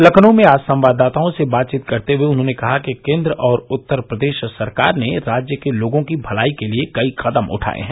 लखनऊ में आज संवाददाताओं से बातचीत करते हुए उन्होंने कहा कि केन्द्र और उत्तर प्रदेश सरकार ने राज्य के लोगों की भलाई के लिए कई कदम उठाए हैं